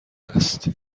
هست